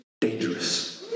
dangerous